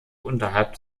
unterhalb